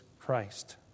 Christ